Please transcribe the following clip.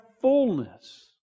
fullness